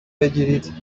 بگیرید